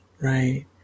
right